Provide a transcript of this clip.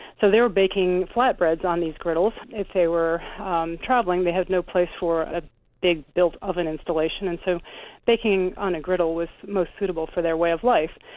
so they were baking flatbreads on these griddles. if they were um traveling, they had no place for a big built oven installation, and so baking on a griddle was most suitable for their way of life.